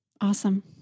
Awesome